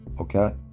Okay